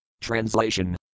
Translation